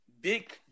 Big